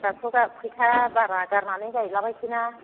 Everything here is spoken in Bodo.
दाथ'बा फैसा बारा गारनानै गायलाबायसैना